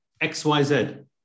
XYZ